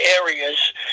areas